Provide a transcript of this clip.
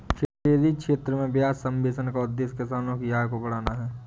dairy क्षेत्र में ब्याज सब्वेंशन का उद्देश्य किसानों की आय को बढ़ाना है